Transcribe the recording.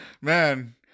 Man